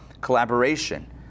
collaboration